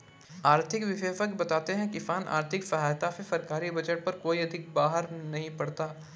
आर्थिक विशेषज्ञ बताते हैं किसान आर्थिक सहायता से सरकारी बजट पर कोई अधिक बाहर नहीं पड़ता है